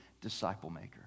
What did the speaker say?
disciple-maker